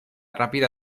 rápida